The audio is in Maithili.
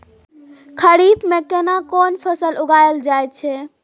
खरीफ में केना कोन फसल उगायल जायत छै?